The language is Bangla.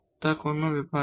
সেটা কোন ব্যাপার না